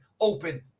open